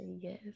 Yes